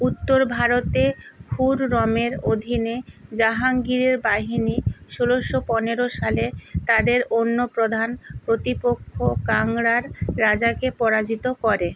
উত্তর ভারতে খুররমের অধীনে জাহাঙ্গীরের বাহিনী ষোলোশো পনেরো সালে তাদের অন্য প্রধান প্রতিপক্ষ কাংড়ার রাজাকে পরাজিত করে